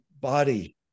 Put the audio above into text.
body